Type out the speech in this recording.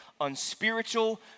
unspiritual